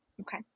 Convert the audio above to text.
Okay